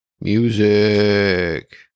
Music